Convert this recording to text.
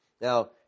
Now